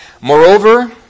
Moreover